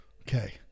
Okay